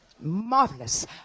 Marvelous